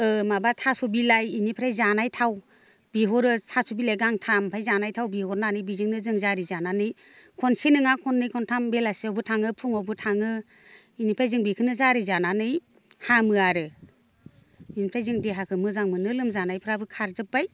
ओ माबा थास' बिलाइ इनिफ्राय जानाय थाव बिहरो थास' बिलाइ गांथाम आमफ्राय जानाय थाव बिहरनानै बिजोंनो जों जारि जानानै खनसे नोङा खननै खनथाम बेलासियावबो थाङो फुङावबो थाङो इनिफ्राय जों बेखोनो जारि जानानै हामो आरो इनिफ्राय जों देहाखो मोजां मोनो लोमजानायफ्राबो खारजोबबाय